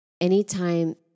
anytime